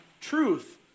truth